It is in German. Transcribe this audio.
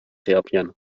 serbien